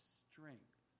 strength